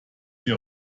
sie